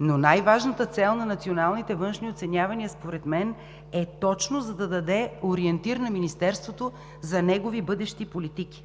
но най-важната цел на националните външни оценявания според мен е точно, за да даде ориентир на Министерството за негови бъдещи политики.